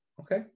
Okay